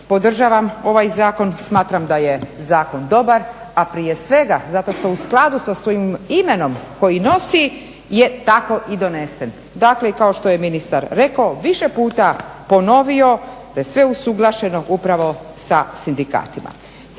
Podržavam ovaj zakon, smatram da je zakon dobar, a prije svega zato što u skladu sa svojim imenom koji nosi je tako i donesen. Dakle i kao što je ministar rekao, više puta ponovio da je sve usuglašeno upravo sa sindikatima.